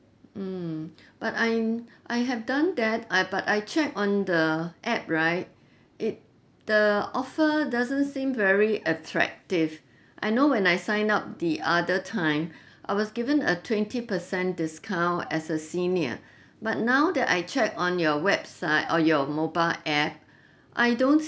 mm but I'm I have done that I've but I checked on the app right it the offer doesn't seem very attractive I know when I sign up the other time I was given a twenty percent discount as a senior but now that I check on your website or your mobile app I don't